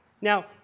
Now